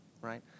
right